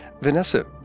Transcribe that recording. Vanessa